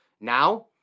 Now